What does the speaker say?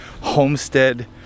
homestead